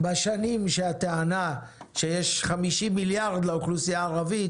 בשנים שהטענה שיש 50 מיליארד לאוכלוסייה הערבית